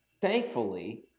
thankfully